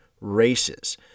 races